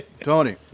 Tony